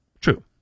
true